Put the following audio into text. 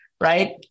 right